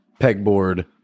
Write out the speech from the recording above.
pegboard